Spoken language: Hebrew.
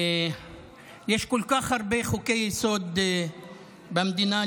יש כל כך הרבה חוקי-יסוד במדינה,